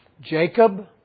Jacob